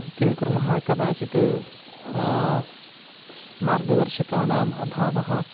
किं कुर्मः कदाचित् सः मार्गदर्शकानाम् अभावः